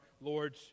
Lord's